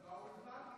לא התעייפה לך היד?